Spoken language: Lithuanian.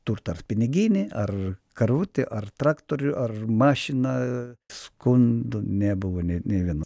turtą ar piniginį ar karutį ar traktorių ar mašiną skundų nebuvo nė nė vieno